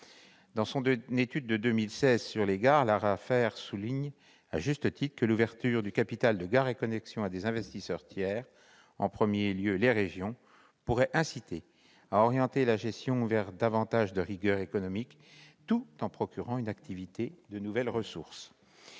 Dans son étude de 2016 sur les gares, l'ARAFER souligne à juste titre que l'ouverture du capital de Gares & Connexions à des investisseurs tiers, en premier lieu les régions, « pourrait inciter à orienter la gestion vers davantage de rigueur économique, tout en procurant à cette activité de nouvelles ressources,